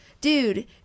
dude